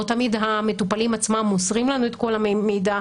לא תמיד המטופלים עצמם מוסרים לנו את כל המידע.